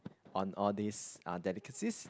on all these uh delicacies